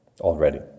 already